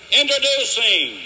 introducing